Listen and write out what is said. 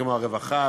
כמו הרווחה,